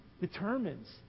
determines